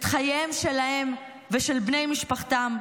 את חייהם שלהם ושל בני משפחתם,